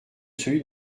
celui